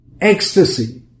ecstasy